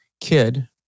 kid